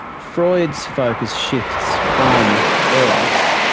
freud's focus shifts from eros,